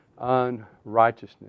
unrighteousness